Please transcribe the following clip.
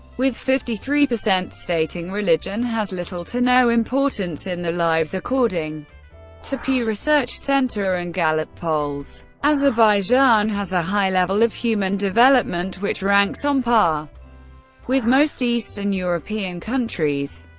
with fifty three percent stating religion has little to no importance in their lives, according to pew research center and gallup polls. azerbaijan has a high level of human development which ranks on par with most eastern european countries.